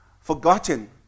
forgotten